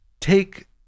take